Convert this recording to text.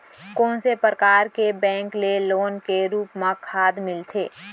कोन से परकार के बैंक ले लोन के रूप मा खाद मिलथे?